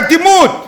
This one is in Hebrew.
אטימות,